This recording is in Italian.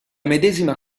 medesima